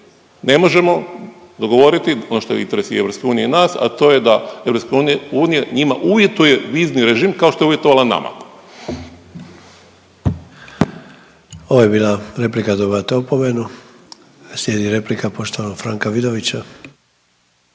ne možemo dogovoriti ono što je interes i EU i nas, a to je da EU njima uvjetuje vizni režim kao što je uvjetovala nama. **Sanader, Ante (HDZ)** Ovo je bila replika dobivate opomenu. Slijedi replika poštovanog Franka Vidovića.